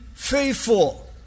faithful